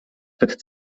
wird